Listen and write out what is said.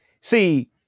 See